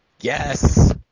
Yes